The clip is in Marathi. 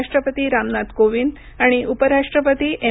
राष्ट्रपती रामनाथ कोविंद आणि उपराष्ट्रपती एम